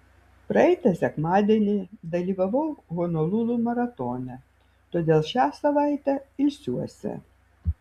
praeitą sekmadienį dalyvavau honolulu maratone todėl šią savaitę ilsiuosi